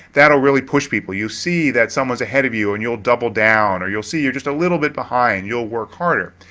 that'll really push people. you see that someone's ahead of you and you'll double down. or you'll see you're just a little bit behind, you'll work harder.